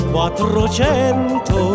Quattrocento